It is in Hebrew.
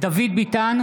דוד ביטן,